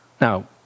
Now